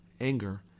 anger